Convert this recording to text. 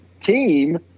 team